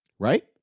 Right